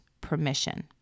permission